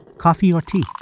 coffee or tea?